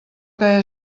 que